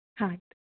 ಆಯ್ತು